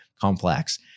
complex